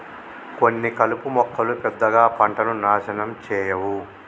కొన్ని కలుపు మొక్కలు పెద్దగా పంటను నాశనం చేయవు